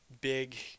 big